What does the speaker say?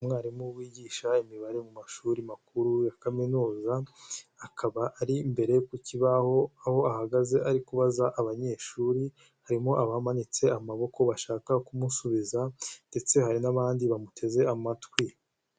Umwarimu wigisha imibare mu mashuri makuru ya kaminuza akaba ari mbere ku kibaho, aho ahagaze ari kubaza abanyeshuri, harimo abamanitse amaboko bashaka kumusubiza ndetse hari n'abandi bamuteze amatwi.